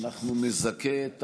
אנחנו נזכה את